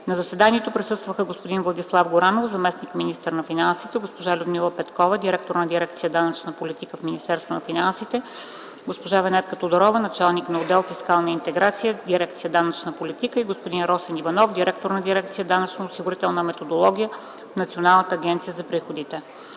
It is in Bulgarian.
На заседанието присъстваха: господин Владислав Горанов - заместник-министър на финансите, госпожа Людмила Петкова - директор на дирекция „Данъчна политика” в Министерството на финансите, госпожа Венетка Тодорова - началник на отдел „Фискална интеграция” в дирекция „Данъчна политика”, и господин Росен Иванов - директор на дирекция „Данъчно-осигурителна методология” в Националната агенция за приходите.